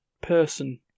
person